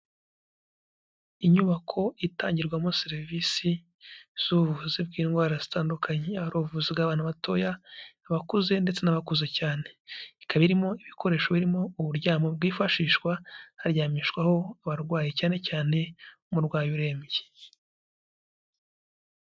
Inyubako itangirwamo serivisi z'ubuvuzi bw'indwara zitandukanye. Yaba ari ubuvuzi bw'abana batoya, abakuze ndetse n'abakuze cyane. Ikaba irimo ibikoresho birimo uburyamo bwifashishwa, haryamishwaho abarwayi cyane cyane umurwayi urembye.